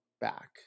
back